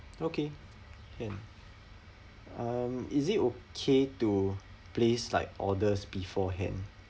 okay can um is it okay to place like orders beforehand